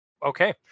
Okay